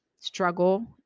struggle